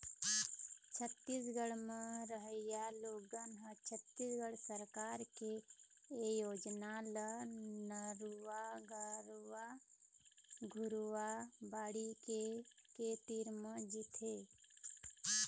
छत्तीसगढ़ म रहइया लोगन ह छत्तीसगढ़ सरकार के ए योजना ल नरूवा, गरूवा, घुरूवा, बाड़ी के के तीर म जीथे